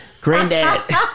Granddad